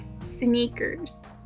Sneakers